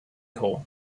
hole